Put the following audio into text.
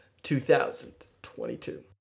2022